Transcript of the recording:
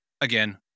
Again